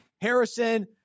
Harrison